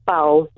Paul